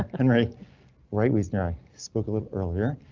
henry right reason i spoke a little earlier.